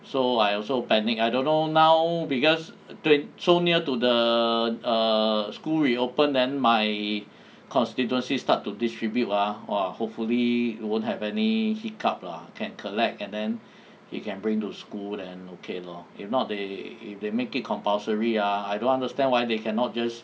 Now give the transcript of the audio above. so I also pending I don't know now because twen~ so near to the err school reopen then my constituency start to distribute ah !wah! hopefully won't have any hiccup lah can collect and then you can bring to school then okay lor if not they if they make it compulsory ah I don't understand why they cannot just